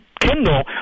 Kindle